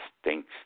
stinks